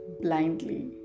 blindly